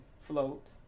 float